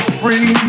free